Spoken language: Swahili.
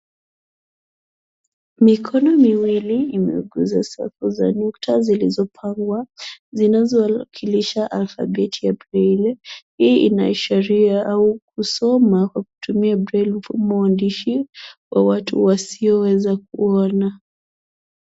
Mikono miwili imeguza safu za nukta zilizopangwa zinazowakilisha alfabeti ya breli. Hii inaashiria au kusoma kwa kutumia breli mfumo wa andishi wa watu wasioweza kuona.